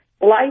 Life